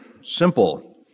simple